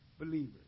believers